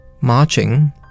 marching